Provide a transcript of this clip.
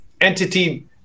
entity